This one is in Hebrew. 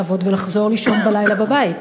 לעבוד ולחזור לישון בלילה בבית.